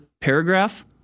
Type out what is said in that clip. paragraph